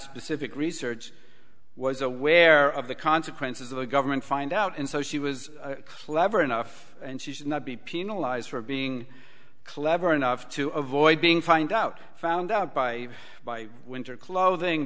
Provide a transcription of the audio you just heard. pacific research was aware of the consequences of the government find out and so she was clever enough and she should not be penalized for being clever enough to avoid being fined out found out by by winter clothing